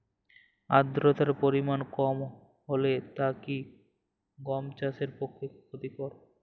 আর্দতার পরিমাণ কম হলে তা কি গম চাষের পক্ষে ক্ষতিকর?